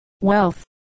Wealth